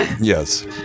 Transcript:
yes